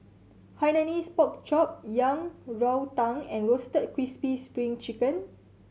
Hainanese Pork Chop Yang Rou Tang and Roasted Crispy Spring Chicken